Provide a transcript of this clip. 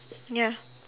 ya